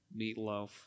Meatloaf